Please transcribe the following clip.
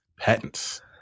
patents